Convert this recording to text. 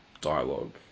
dialogue